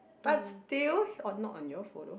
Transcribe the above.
but still not on your photo